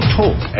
talk